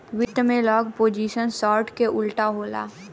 वित्त में long position short क उल्टा होला